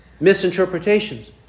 misinterpretations